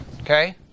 Okay